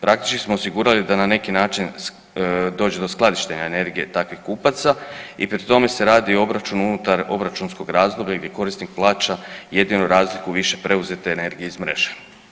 Praktično smo osigurali da na neki način dođe do skladištenja energije takvih kupaca i pri tome se radi obračun unutar obračunskog razdoblja gdje korisnik plaća jedino razliku više preuzete energije iz mreže.